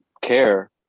care